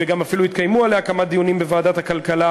וגם אפילו התקיימו עליה כמה דיונים בוועדת הכלכלה,